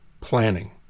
planning